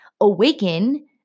awaken